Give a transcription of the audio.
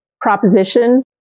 proposition